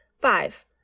Five